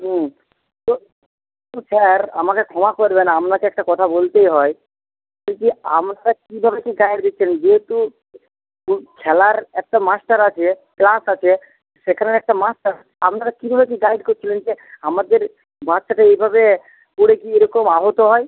হুম তো তো স্যার আমাকে ক্ষমা করবেন আপনাকে একটা কথা বলতেই হয় বলছি আপনারা কীভাবে কী গাইড দিচ্ছেন যেহেতু খেলার একটা মাস্টার আছে ক্লাস আছে সেখানের একটা মাস্টার আপনারা কীভাবে কী গাইড করছিলেন যে আমাদের বাচ্চাটা এভাবে পড়ে গিয়ে এরকম আহত হয়